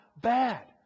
bad